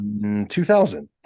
2000